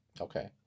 okay